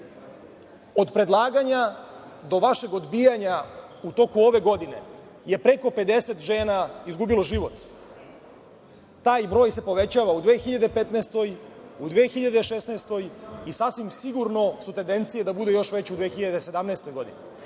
Od predlaganja do vašeg odbijanja u toku ove godine je preko 50 žena izgubilo život. Taj broj se povećava u 2015, u 2016. godini, i sasvim sigurno su tendencije da bude još veći u 2017. godini. Dakle,